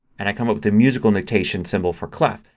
and i come up with the musical notation symbol for clef.